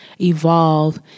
evolve